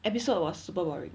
episode was super boring